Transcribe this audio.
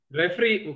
referee